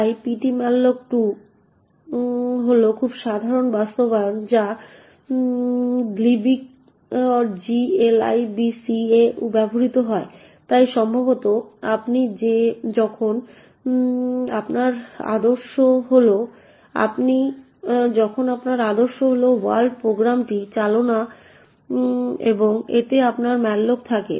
তাই ptmalloc2 হল খুব সাধারণ বাস্তবায়ন যা glibc এ ব্যবহৃত হয় তাই সম্ভবত আপনি যখন আপনার আদর্শ হ্যালো ওয়ার্ল্ড প্রোগ্রামটি চালান এবং এতে আপনার malloc থাকে